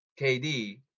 KD